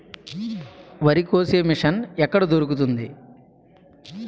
వరి కోసే మిషన్ ఎక్కడ దొరుకుతుంది?